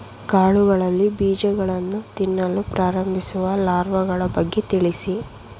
ಕಾಳುಗಳಲ್ಲಿ ಬೀಜಗಳನ್ನು ತಿನ್ನಲು ಪ್ರಾರಂಭಿಸುವ ಲಾರ್ವಗಳ ಬಗ್ಗೆ ತಿಳಿಸಿ?